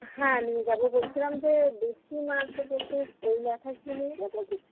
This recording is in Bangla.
হ্যাঁ নিয়ে যাবো বলছিলাম যে দেশি মাছ বলতে কই ল্যাঠা কি নিয়ে যাবো কিছু